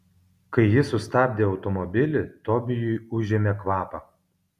kai ji sustabdė automobilį tobijui užėmė kvapą